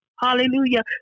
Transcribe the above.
Hallelujah